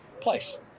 place